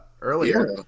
earlier